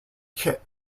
kit